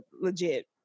legit